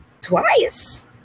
Twice